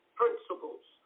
principles